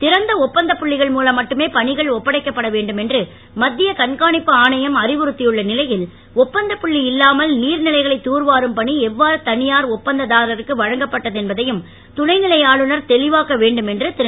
திறந்த ஒப்பந்தப்புள்ளிகள் மூலம் மட்டுமே பணிகள் ஒப்படைக்கப்பட வேண்டும் என்று மத்திய கண்காணிப்பு ஆணையம் அறிவுறுத்தியுள்ள நிலையில் ஒப்பந்தப்புள்ளி இல்லாமல் நீர்நிலைகளைத் தூர்வாரும் பணி எவ்வாறு தனியார் ஒப்பந்ததாரருக்கு வழங்கப்பட்டது என்பதையும் துணைநிலை ஆளுநர் தெளிவாக்க வேண்டும் என்று திரு